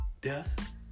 Death